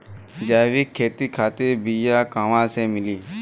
जैविक खेती खातिर बीया कहाँसे मिली?